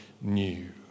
new